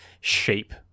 shape